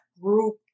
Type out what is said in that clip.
group